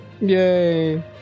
Yay